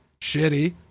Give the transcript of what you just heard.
shitty